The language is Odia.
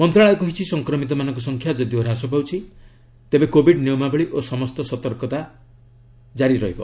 ମନ୍ତ୍ରଣାଳୟ କହିଛି ସଂକ୍ରମିତମାନଙ୍କ ସଂଖ୍ୟା ଯଦିଓ ହ୍ରାସ ପାଇଛି ତେବେ କୋବିଡ୍ ନିୟମାବଳୀ ଓ ସମସ୍ତ ସତର୍କତା କାରି ରହିବ